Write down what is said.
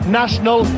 national